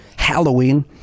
Halloween